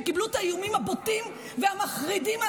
ועוד חברי כנסת שקיבלו את האיומים הבוטים והמחרידים הללו,